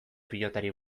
pilotari